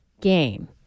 game